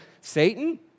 Satan